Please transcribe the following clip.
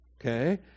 Okay